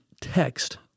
text